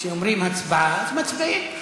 כשאומרים "הצבעה" אז מצביעים.